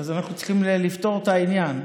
אז אנחנו צריכים לפתור את העניין.